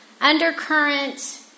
undercurrent